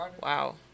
Wow